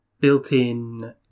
built-in